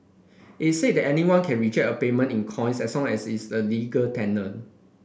it say that anyone can reject a payment in coins as long as is the legal tender